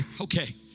okay